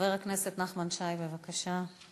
חבר הכנסת נחמן שי, בבקשה.